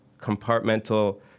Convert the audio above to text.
compartmental